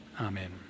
Amen